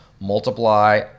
Multiply